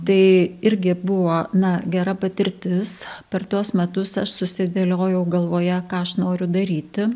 tai irgi buvo na gera patirtis per tuos metus aš susidėliojau galvoje ką aš noriu daryti